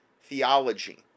theology